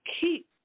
Keep